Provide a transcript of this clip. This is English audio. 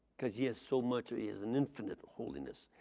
because he had so much he is and infinite holiness.